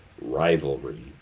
rivalry